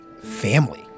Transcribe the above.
family